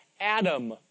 Adam